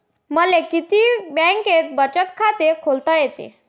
मले किती बँकेत बचत खात खोलता येते?